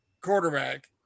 quarterback